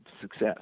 success